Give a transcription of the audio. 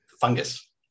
fungus